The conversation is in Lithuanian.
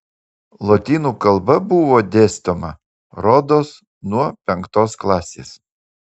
lotynų kalba buvo dėstoma rodos nuo penktos klasės